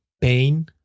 pain